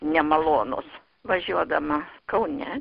nemalonus važiuodama kaune